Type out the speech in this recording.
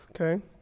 Okay